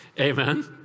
Amen